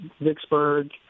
Vicksburg